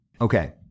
Okay